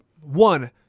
one